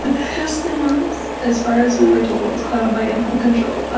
just the nose? as far as we were told by animal control.